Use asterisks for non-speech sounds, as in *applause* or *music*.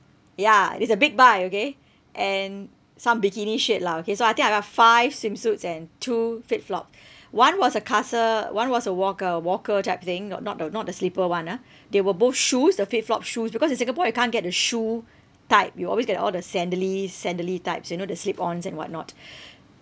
ya it's a big buy okay and some bikini shade lah okay so I think I got five swimsuits and two FitFlop one was a Casa [one] was a walker walker type thing not not the not the slipper [one] ah they were both shoes the FitFlop shoes because in singapore you can't get the shoe type you always get all the sandally sandally types you know the slip ons and what not *breath*